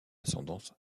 ascendance